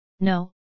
No